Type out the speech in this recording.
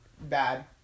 Bad